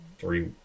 three